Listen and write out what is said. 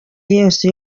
yose